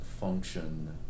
function